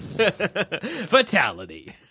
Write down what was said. Fatality